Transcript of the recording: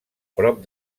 prop